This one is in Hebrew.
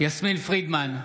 יסמין פרידמן,